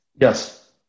Yes